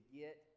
get